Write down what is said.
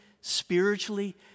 spiritually